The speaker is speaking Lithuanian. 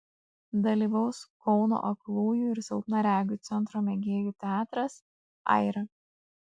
dalyvaus kauno aklųjų ir silpnaregių centro mėgėjų teatras aira